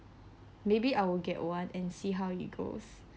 maybe I will get one and see how it goes